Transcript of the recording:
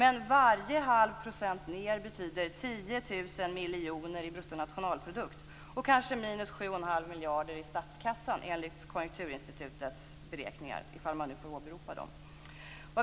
Men varje halv procent ned betyder 10 000 miljoner kronor i bruttonationalprodukt och kanske minus 7 1⁄2 miljarder i statskassan enligt Konjunkturinstitutets beräkningar - om man nu får åberopa dem.